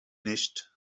nicht